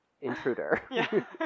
Intruder